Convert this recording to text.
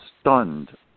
stunned